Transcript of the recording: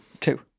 Two